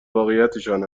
واقعیتشان